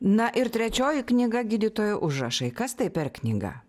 na ir trečioji knyga gydytojo užrašai kas tai per knyga